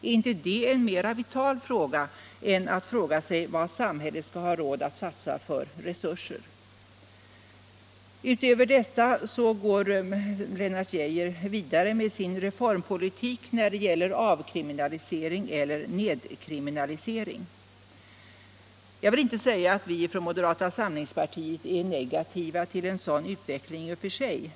Är inte det en mer vital fråga än frågan, vad samhället skall ha råd att satsa för resurser? Lennart Geijer går också vidare med sin reformpolitik när det gäller avkriminalisering eller nedkriminalisering. Jag vill inte säga att vi i moderata samlingspartiet är negativa till en sådan utveckling i och för sig.